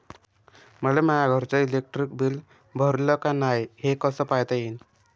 मले माया घरचं इलेक्ट्रिक बिल भरलं का नाय, हे कस पायता येईन?